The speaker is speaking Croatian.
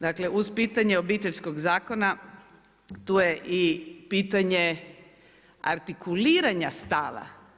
Dakle, uz pitanje Obiteljskog zakona, tu je i pitanje artikuliranje stava.